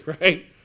right